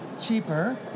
cheaper